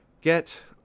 get